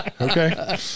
Okay